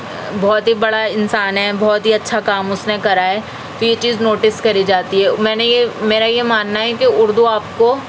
بہت ہی بڑا انسان ہے بہت ہی اچھا کام اس نے کرا ہے تو یہ چیز نوٹس کری جاتی ہے میں نے یہ میرا یہ ماننا ہے کی اردو آپ کو